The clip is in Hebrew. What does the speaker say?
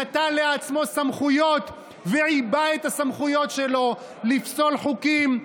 נטל לעצמו סמכויות ועיבה את הסמכויות שלו לפסול חוקים,